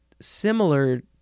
similar